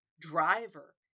driver